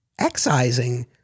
excising